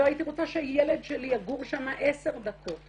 לא הייתי רוצה שילד שלי יגור שם 10 דקות,